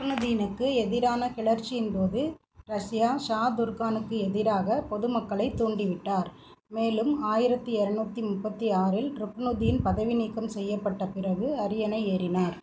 ருக்னுதீனுக்கு எதிரான கிளர்ச்சியின் போது ரஷ்யா ஷா துர்கானுக்கு எதிராகப் பொது மக்களைத் தூண்டிவிட்டார் மேலும் ஆயிரத்து இரநூத்தி முப்பத்து ஆறில் ருக்னுதீன் பதவி நீக்கம் செய்யப்பட்ட பிறகு அரியணை ஏறினார்